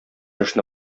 эшне